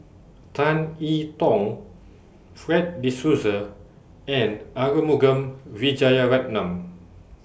Tan I Tong Fred De Souza and Arumugam Vijiaratnam